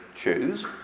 choose